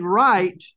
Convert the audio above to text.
right